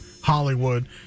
Hollywood